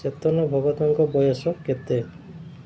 ଚେତନ ଭଗତଙ୍କ ବୟସ କେତେ